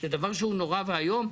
זה דבר שהוא נורא ואיום.